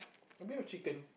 a bit of chicken